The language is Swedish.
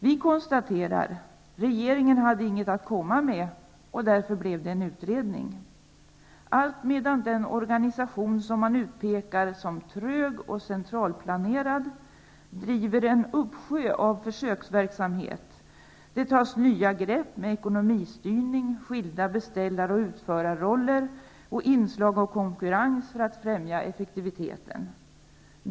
Vi konstaterar: Regeringen hade inget att komma med. Därför blev det en utredning -- allt medan den organisation som utpekas som trög och centralplanerad driver en uppsjö av försöksverksamhet. Det tas nya grepp med ekonomistyrning och skilda beställar och utförarroller och för att främja konkurrens och effektivitet.